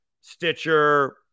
Stitcher